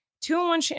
two-in-one